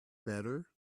better